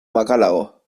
makalago